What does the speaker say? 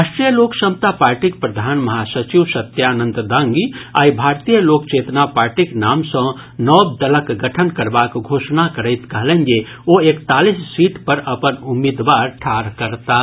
राष्ट्रीय लोक समता पार्टीक प्रधान महासचिव सत्यानंद दांगी आइ भारतीय लोक चेतना पार्टीक नाम सँ नव दलक गठन करबाक घोषणा करैत कहलनि जे ओ एकतालिस सीट पर अपन उम्मीदवार ठाढ़ करताह